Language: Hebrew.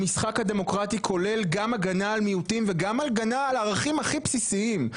המשחק הדמוקרטי כולל גם הגנה על מיעוטים וגם הגנה על ערכים הכי בסיסיים.